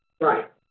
Right